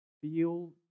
feel